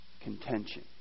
contention